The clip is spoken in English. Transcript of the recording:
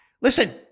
Listen